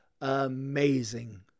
amazing